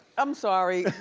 i'm sorry,